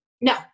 No